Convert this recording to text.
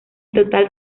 total